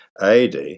AD